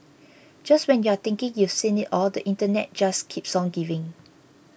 just when you're thinking you've seen it all the Internet just keeps on giving